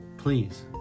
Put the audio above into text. Please